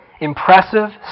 impressive